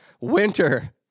winter